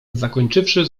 zakończywszy